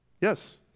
Yes